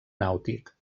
nàutic